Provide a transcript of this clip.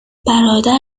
برادر